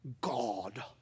God